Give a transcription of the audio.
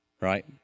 Right